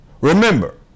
Remember